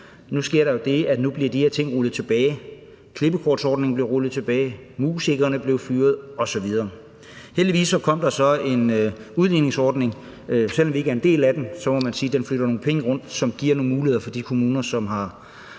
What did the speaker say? nu? Der skete det, at de her ting blev rullet tilbage. Klippekortsordningen blev rullet tilbage, musikerne blev fyret osv. Heldigvis kom der så en udligningsordning, og selv om vi ikke er en del af den, må man sige, at den flytter nogle penge rundt, hvilket giver nogle muligheder for de kommuner, som har